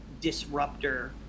disruptor